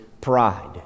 pride